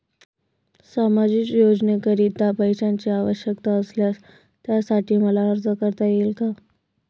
सामाजिक योजनेकरीता पैशांची आवश्यकता असल्यास त्यासाठी मला अर्ज करता येईल का?